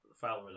followers